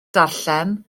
darllen